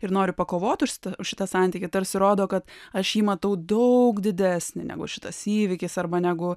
ir noriu pakovoti už už šitą santykį tarsi rodo kad aš jį matau daug didesnį negu šitas įvykis arba negu